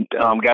got